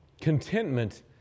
Contentment